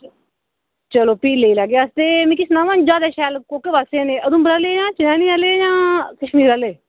चलो फ्ही लेई लैगे अस ते मिगी सनाओ हां जादै शैल कोह्के पासै न उधमपुर आह्ले जा चनैह्नी आह्ले जा कश्मीर आह्ले